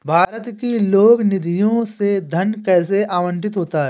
भारत की लोक निधियों से धन कैसे आवंटित होता है?